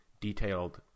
detailed